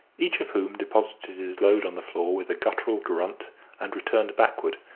each of whom deposited his load on the floor with a guttural grunt and returned backward,